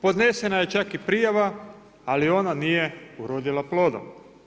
Podnesena je čak i prijava, ali ona nije urodila plodom.